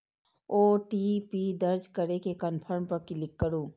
OTP दर्ज करै के कंफर्म पर क्लिक करू